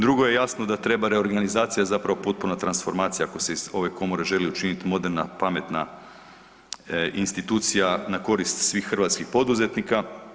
Drugo je jasno da treba reorganizacija zapravo potpuna transformacija ako se iz ove Komore želi učiniti moderna, pametna institucija na korist svih hrvatskih poduzetnika.